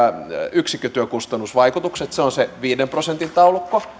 yksikkötyökustannusvaikutukset se on se viiden prosentin taulukko